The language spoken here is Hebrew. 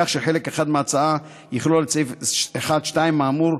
כך שחלק אחד מההצעה יכלול את סעיף 1(2) האמור,